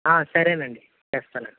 సరే అండి తెస్తాలేండి